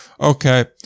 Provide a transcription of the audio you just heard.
Okay